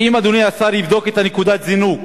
כי אם אדוני השר יבדוק את נקודת הזינוק,